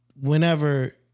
whenever